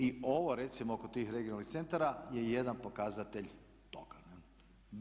I ovo recimo oko tih regionalnih centara je jedan pokazatelj toga.